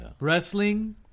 wrestling